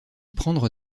prendre